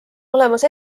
olemas